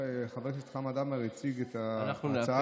כשחבר הכנסת חמד עמאר הציג את הצעת החוק הקודמת,